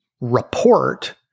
Report